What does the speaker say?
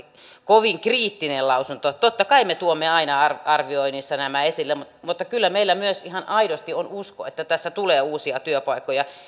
kovin kriittinen lausunto totta kai me tuomme aina arvioinneissa nämä esille mutta mutta kyllä meillä myös ihan aidosti on usko että tässä tulee uusia työpaikkoja